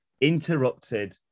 Interrupted